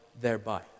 thereby